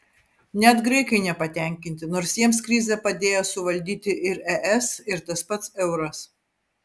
net graikai nepatenkinti nors jiems krizę padėjo suvaldyti ir es ir tas pats euras